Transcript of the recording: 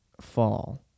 fall